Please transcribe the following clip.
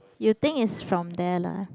you think is from there lah